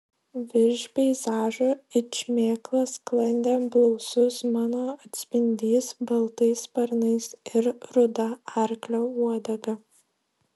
virš peizažo it šmėkla sklandė blausus mano atspindys baltais sparnais ir ruda arklio uodega